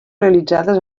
realitzades